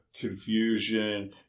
confusion